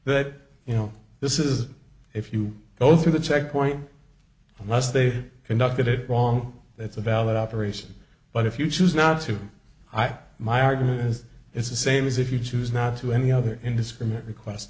that you know this is if you go through the checkpoint unless they conducted it wrong that's a valid operation but if you choose not to i my argument is it's the same as if you choose not to any other indiscriminate request